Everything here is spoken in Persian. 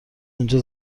اونجا